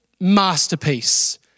masterpiece